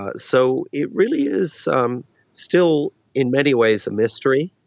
ah so it really is um still in many ways a mystery.